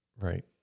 Right